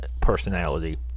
personality